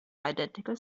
identical